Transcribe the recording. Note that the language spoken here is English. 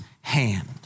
hand